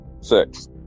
Six